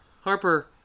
Harper